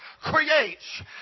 creates